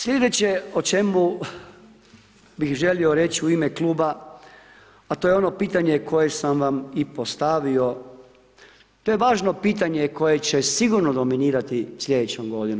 Sljedeće o čemu bih želio reći u ime kluba, a to je ono pitanje koje sam vam i postavio, to je važno pitanje koje će sigurno dominirati sljedećom godinom.